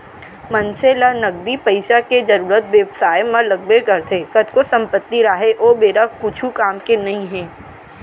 मनसे ल नगदी पइसा के जरुरत बेवसाय म लगबे करथे कतको संपत्ति राहय ओ बेरा कुछु काम के नइ हे